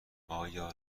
آیا